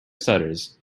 stutters